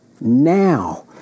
now